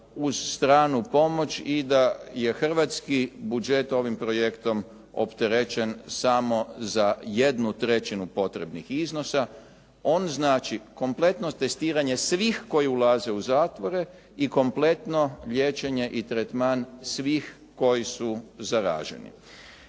uz stranu pomoć i da je hrvatski budžet ovim projektom opterećen samo za 1/3 potrebnih iznosa. On znači kompletno testiranje svih koji ulaze u zatvore i kompletno liječenje i tretman svih koji su zaraženi.